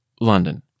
London